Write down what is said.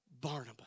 Barnabas